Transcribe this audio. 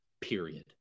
period